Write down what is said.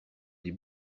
des